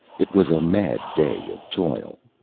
it was a mad day of toil.